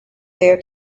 there